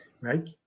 right